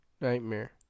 Nightmare